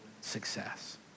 success